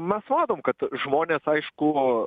mes matom kad žmonės aišku